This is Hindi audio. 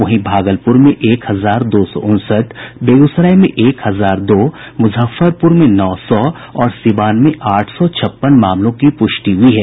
वहीं भागलपुर में एक हजार दो सौ उनसठ बेगूसराय में एक हजार दो मुजफ्फरपुर में नौ सौ और सीवान में आठ सौ छप्पन मामलों की पुष्टि हुई है